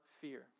fear